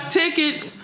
tickets